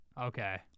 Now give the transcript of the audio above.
Okay